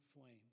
flame